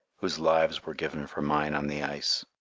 whose lives were given for mine on the ice.